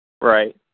Right